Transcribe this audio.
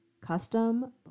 custom